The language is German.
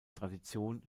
tradition